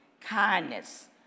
kindness